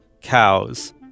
cows